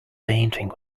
painting